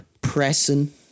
Pressing